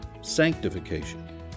sanctification